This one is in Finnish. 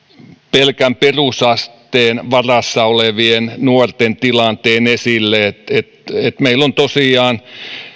pelkän perusasteen varassa olevien nuorten tilanteen esille meillä tosiaan